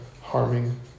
harming